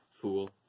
fool